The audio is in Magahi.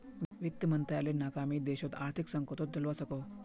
वित मंत्रालायेर नाकामी देशोक आर्थिक संकतोत डलवा सकोह